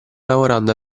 lavorando